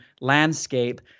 landscape